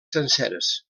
senceres